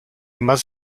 must